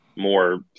more